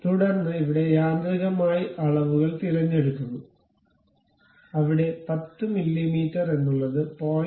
തുടർന്ന് ഇവിടെ യാന്ത്രിക അളവുകൾ തിരഞ്ഞെടുക്കുന്നു അവിടെ 10 മില്ലീമീറ്റർ എന്നുള്ളത് 0